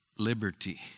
liberty